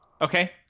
Okay